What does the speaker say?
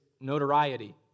notoriety